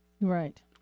Right